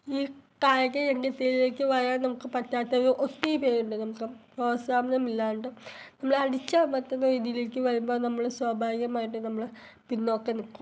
ഈ കായിക രംഗത്തിലേക്ക് വരാൻ നമുക്ക് പറ്റാത്തത് ഒത്തിരി പേരുണ്ട് നമുക്ക് പ്രോത്സാഹനം ഇല്ലാണ്ട് നമ്മളെ അടിച്ചമർത്തുന്ന രീതിയിലേക്ക് വരുമ്പോൾ അത് നമ്മൾ സ്വാഭാവികമായിട്ടും നമ്മൾ പിന്നോക്കം നിൽക്കും